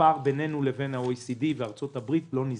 הפער בינינו לבין ה-OECD וארצות-הברית לא נסגר,